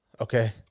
okay